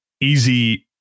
easy